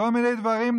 כל מיני דברים,